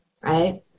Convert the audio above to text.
right